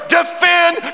defend